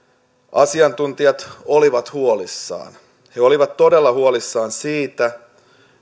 asiantuntijat olivat huolissaan he olivat todella huolissaan siitä